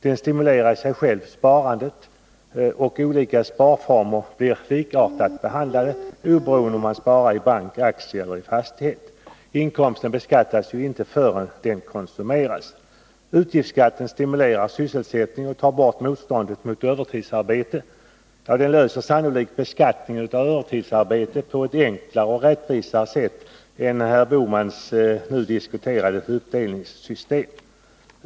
Den stimulerar i sig själv sparandet, och olika sparformer blir likartat behandlade, oberoende av om man sparar i bank, i aktier eller i fastighet. Inkomsten beskattas ju inte förrän den konsumeras. Utgiftsskatten stimulerar sysselsättningen och tar bort motståndet mot övertidsarbete. Ja, den löser sannolikt problemet med beskattning av övertidsarbetet på ett enklare och rättvisare sätt än herr Bohmans nu diskuterade uppdelningssystem gör.